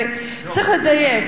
ו-צריך לדייק.